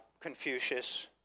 Confucius